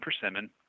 persimmon